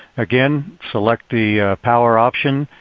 again, select the power option.